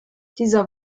dieser